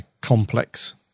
complex